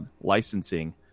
licensing